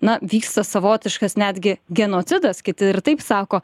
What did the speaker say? na vyksta savotiškas netgi genocidas kiti ir taip sako